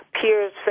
peers